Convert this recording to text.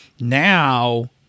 Now